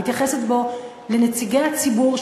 מתייחסת בו לנציגי הציבור,